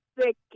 thick